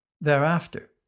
Thereafter